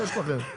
יש לכם.